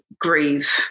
grieve